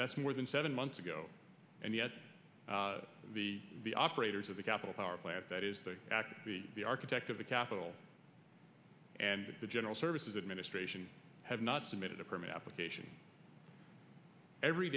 best more than seven months ago and yet the the operators of the capital power plant that is the act of the architect of the capitol and the general services administration have not submitted a permit application every